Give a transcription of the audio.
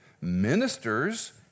ministers